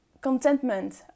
contentment